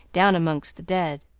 down amongst the dead,